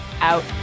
Out